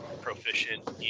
proficient